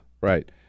right